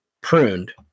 pruned